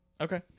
Okay